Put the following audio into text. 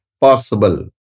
possible